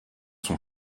son